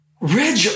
Reg